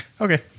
Okay